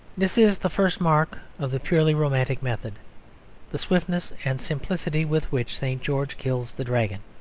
this is the first mark of the purely romantic method the swiftness and simplicity with which st. george kills the dragon.